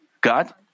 God